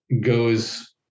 goes